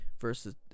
versus